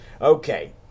Okay